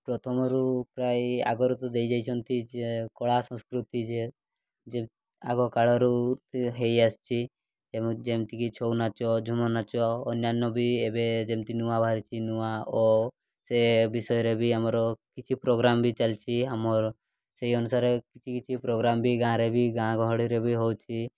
ପ୍ରଥମରୁ ପ୍ରାୟ ଆଗରୁ ତ ଦେଇଯାଇଛନ୍ତି ଯେ କଳା ସଂସ୍କୃତି ଯେ ଯେ ଆଗ କାଳରୁ ହୋଇଆସିଛି ଏବଂ ଯେମିତିକି ଛଉ ନାଚ ଝୁମର୍ ନାଚ ଅନ୍ୟାନ୍ୟ ବି ଏବେ ଯେମିତି ନୂଆ ବାହାରିଛି ନୂଆ ଓ ସେ ବିଷୟରେ ବି ଆମର କିଛି ପ୍ରୋଗ୍ରାମ୍ ବି ଚାଲିଛି ଆମର ସେହି ଅନୁସାରେ କିଛି କିଛି ପ୍ରୋଗ୍ରାମ୍ ବି ଗାଁରେ ବି ଗାଁ ଗହଳିରେ ବି ହେଉଛି